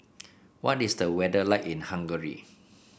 what is the weather like in Hungary